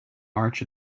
march